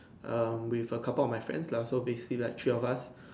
um with a couple of my friends lah so basically like three of us